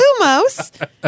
Lumos